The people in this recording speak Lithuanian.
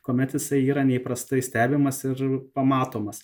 kuomet jisai yra neįprastai stebimas ir pamatomas